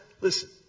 listen